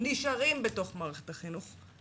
נשארים בתוך מערכת החינוך,